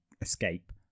escape